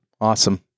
Awesome